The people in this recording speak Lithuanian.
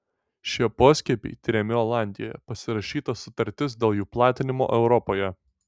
šie poskiepiai tiriami olandijoje pasirašyta sutartis dėl jų platinimo europoje